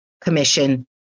commission